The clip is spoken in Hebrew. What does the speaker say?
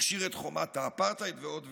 הכשיר את חומת האפרטהייד ועוד ועוד.